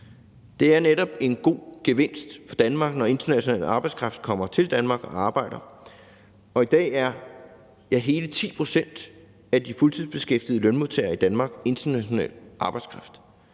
Det er netop en god gevinst for Danmark, når international arbejdskraft kommer til Danmark og arbejder, og i dag er hele 10 pct. af de fuldtidsbeskæftigede lønmodtagere i Danmark international arbejdskraft.